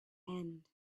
end